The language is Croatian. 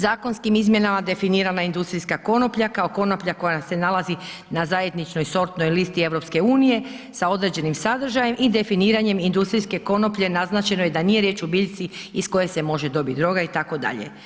Zakonskim izmjenama definirana industrijska konoplja, kao konoplja koja se nalazi na zajedničnoj sortnoj listi EU sa određenim sadržajem i definiranjem industrijske konoplje naznačeno je da nije riječ o biljci iz koje se može dobit droga itd.